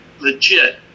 legit